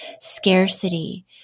scarcity